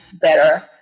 better